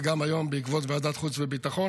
וגם היום בעקבות ועדת חוץ וביטחון,